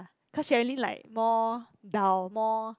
cause Sherilyn like more dull more